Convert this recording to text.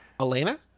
Elena